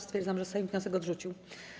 Stwierdzam, że Sejm wniosek odrzucił.